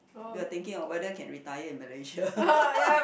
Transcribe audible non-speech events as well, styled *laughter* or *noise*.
we are thinking of whether can retire in Malaysia *laughs*